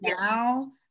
now